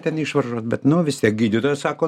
ten išvaržos bet nuo vis tiek gydytojas sako